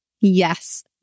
Yes